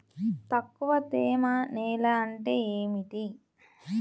తక్కువ తేమ నేల అంటే ఏమిటి?